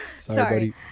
Sorry